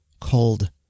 called